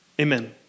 Amen